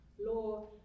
law